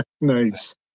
Nice